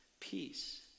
peace